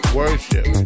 worship